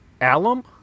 Alum